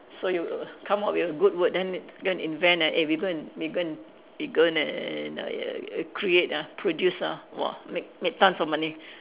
so you will come up with a good word then then invent eh we go and we go and we go and uh ya ah create ah produce ah !wah! make make tons of money